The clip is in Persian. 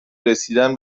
رسیدن